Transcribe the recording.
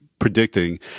predicting